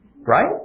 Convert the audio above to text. Right